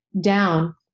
down